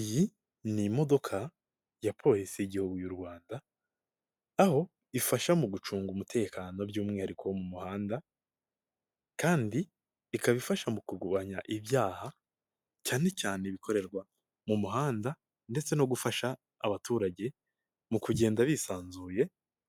Iyi ni imodoka ya Polisi y'igihugu y'u Rwanda aho ifasha mu gucunga umutekano by'umwihariko wo mu muhanda, kandi ikaba ifasha mu kurwanya ibyaha cyane cyane ibikorerwa mu muhanda ndetse no gufasha abaturage mu kugenda bisanzuye